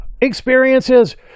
experiences